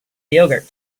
yogurt